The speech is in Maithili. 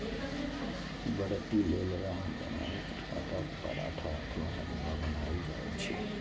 व्रती लेल रामदानाक आटाक पराठा अथवा हलुआ बनाएल जाइ छै